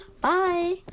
bye